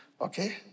Okay